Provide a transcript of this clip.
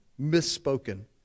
misspoken